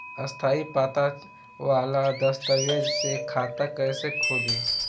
स्थायी पता वाला दस्तावेज़ से खाता कैसे खुली?